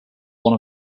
one